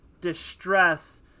distress